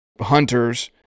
hunters